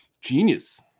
genius